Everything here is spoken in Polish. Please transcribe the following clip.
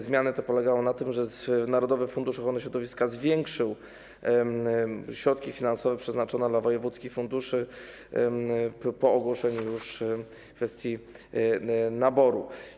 Zmiany te polegały na tym, że narodowy fundusz ochrony środowiska zwiększył środki finansowe przeznaczone na wojewódzkie fundusze po ogłoszeniu już kwestii naboru.